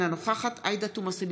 אינה נוכחת עאידה תומא סלימאן,